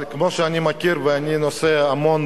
אבל כמו שאני מכיר, ואני נוסע המון